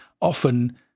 often